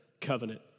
covenant